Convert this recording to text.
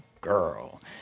girl